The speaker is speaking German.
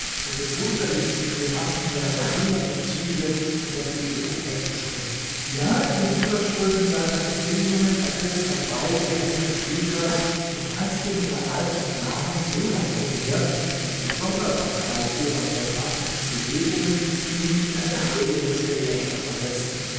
und den wunderlichsten grimassen seiner verhungerten züge in der küche umher zu springen ja in dem überströmen seiner empfindungen ergriff er beide hände tabithas und tanzte mit der alten dame solange umher bis die sonderbarkeit ihrer rheumatischen bewegungen ihn in ein brüllendes gelächter versetzten